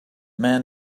man